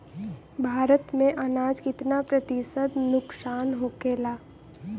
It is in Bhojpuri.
भारत में अनाज कितना प्रतिशत नुकसान होखेला?